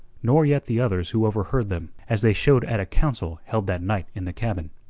nor yet the others who overheard them, as they showed at a council held that night in the cabin.